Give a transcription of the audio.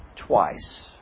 twice